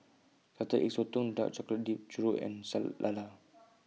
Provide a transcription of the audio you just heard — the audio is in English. Salted Egg Sotong Dark Chocolate Dipped Churro and Sour Lala